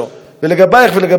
ולגבייך ולגבי המפלגה שלך,